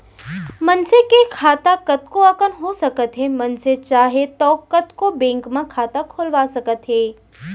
मनसे के खाता कतको अकन हो सकत हे मनसे चाहे तौ कतको बेंक म खाता खोलवा सकत हे